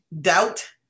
doubt